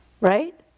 Right